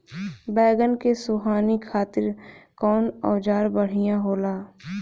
बैगन के सोहनी खातिर कौन औजार बढ़िया होला?